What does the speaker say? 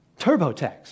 TurboTax